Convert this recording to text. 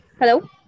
Hello